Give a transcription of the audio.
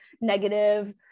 negative